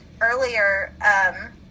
earlier